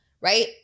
right